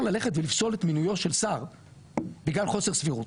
ללכת ולפסול את מינויו של שר בגלל חוסר סבירות,